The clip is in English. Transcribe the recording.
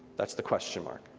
that's the question mark.